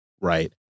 right